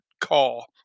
call